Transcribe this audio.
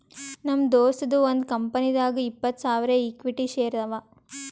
ನಮ್ ದೋಸ್ತದು ಒಂದ್ ಕಂಪನಿನಾಗ್ ಇಪ್ಪತ್ತ್ ಸಾವಿರ ಇಕ್ವಿಟಿ ಶೇರ್ ಅವಾ